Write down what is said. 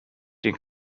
den